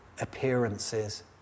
appearances